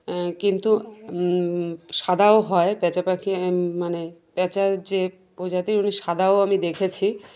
কিন্তু সাদাও হয় পেঁচা পাখি মানে পেঁচা যে প্রজাতির অমনি সাদাও আমি দেখেছি